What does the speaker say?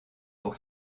pour